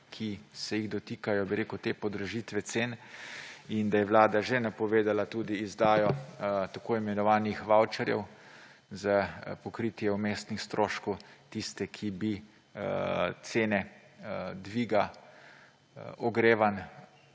ki se jih dotikajo te podražitve cen, in da je Vlada že napovedala tudi izdajo tako imenovanih vavčerjev za pokritje vmesnih stroškov za tiste, ki bi jih cene dviga ogrevanj